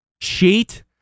sheet